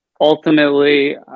Ultimately